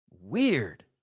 Weird